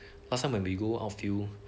last time when we go outfield